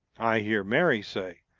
i hear mary say,